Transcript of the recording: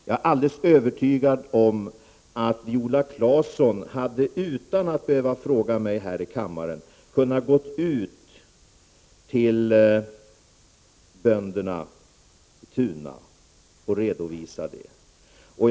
Jag är alldeles övertygad om att Viola Claesson utan att behöva fråga mig här i kammaren hade kunnat gå ut till bönderna i Tuna och redovisa detta.